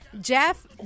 Jeff